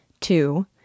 Two